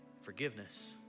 forgiveness